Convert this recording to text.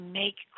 make